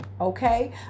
okay